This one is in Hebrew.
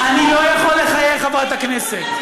אני לא יכול לחייך, חברת הכנסת.